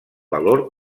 valor